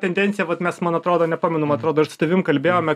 tendencija vat mes man atrodo nepamenu man atrodo ir su tavim kalbėjome